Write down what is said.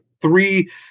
three